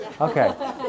Okay